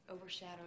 overshadowed